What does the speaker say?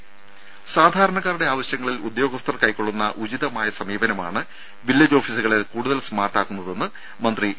രുര സാധാരണക്കാരുടെ ആവശ്യങ്ങളിൽ ഉദ്യോഗസ്ഥർ കൈക്കൊള്ളുന്ന ഉചിതമായ സമീപനമാണ് വില്ലേജ് ഓഫീസുകളെ കൂടുതൽ സ്മാർട്ട് ആക്കുന്നതെന്ന് മന്ത്രി ഇ